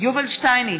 יובל שטייניץ,